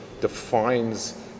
defines